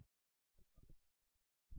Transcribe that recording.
तो पहला समीकरण है